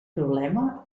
problema